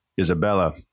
Isabella